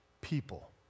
people